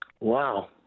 Wow